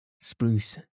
spruce